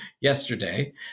yesterday